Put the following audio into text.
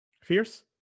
Fierce